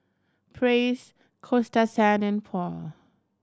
Praise Coasta Sand and Paul